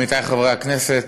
עמיתי חברי הכנסת,